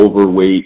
overweight